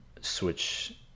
switch